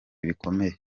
bikomeye